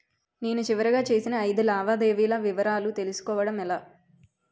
నేను చివరిగా చేసిన ఐదు లావాదేవీల వివరాలు తెలుసుకోవటం ఎలా?